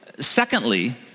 Secondly